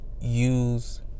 use